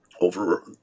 over